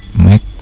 mac